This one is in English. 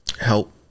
help